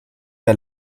der